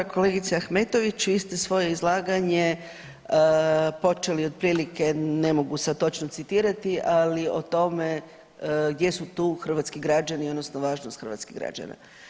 Kolegice Ahmetović, vi ste svoje izlaganje počeli otprilike ne mogu sad točno citirati, ali o tome gdje su tu hrvatski građani odnosno važnost hrvatskih građana.